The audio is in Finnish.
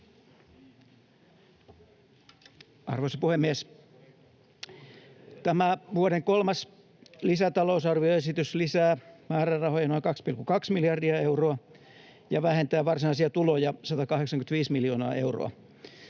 Arvoisa puhemies! Tämä vuoden kolmas lisätalousarvioesitys lisää määrärahoja noin 2,2 miljardia euroa ja vähentää varsinaisia tuloja 185 miljoonaa euroa.